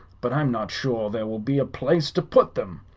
but i'm not sure there will be a place to put them.